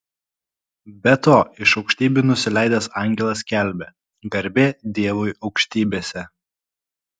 be to iš aukštybių nusileidęs angelas skelbia garbė dievui aukštybėse